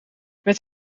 met